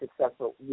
successful